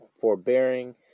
forbearing